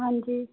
ਹਾਂਜੀ